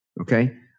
Okay